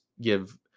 give